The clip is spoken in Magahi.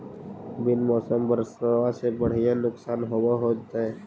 बिन मौसम बरसतबा से तो बढ़िया नुक्सान होब होतै?